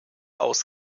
aus